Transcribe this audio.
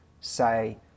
say